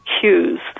cues